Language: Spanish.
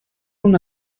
una